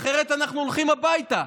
אחרת אנחנו הולכים הביתה.